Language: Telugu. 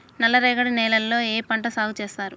నల్లరేగడి నేలల్లో ఏ పంట సాగు చేస్తారు?